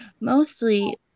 mostly